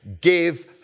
give